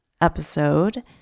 episode